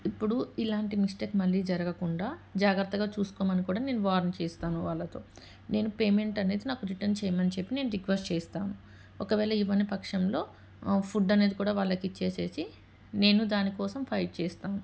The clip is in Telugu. ఇప్పుడు ఇలాంటి మిస్టేక్ మళ్ళీ జరగకుండా జాగ్రత్తగా చూసుకోమని కూడా నేను వార్న్ చేస్తాను వాళ్ళతో నేను పేమెంట్ అనేది నాకు రిటర్న్ చేయమని చెప్పి నేను రిక్వెస్ట్ చేస్తాను ఒకవేళ ఇవ్వని పక్షంలో ఫుడ్ అనేది కూడా వాళ్ళకి ఇచ్చేసేసి నేను దానికోసం ఫైట్ చేస్తాను